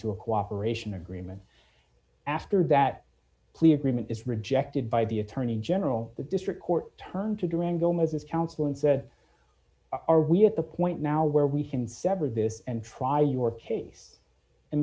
to a cooperation agreement after that plea agreement is rejected by the attorney general the district court turned to durango moses counsel and said are we at the point now where we can sever this and try your case and